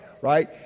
right